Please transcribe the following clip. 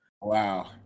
Wow